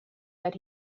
that